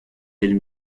elle